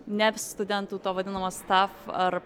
ne studentų to vadinamo staf ar